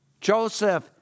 Joseph